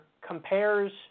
compares